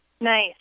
Nice